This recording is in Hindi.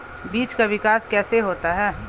बीज का विकास कैसे होता है?